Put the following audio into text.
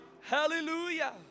Hallelujah